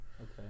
Okay